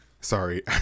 sorry